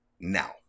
Now